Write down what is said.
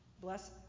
bless